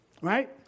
Right